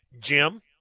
Jim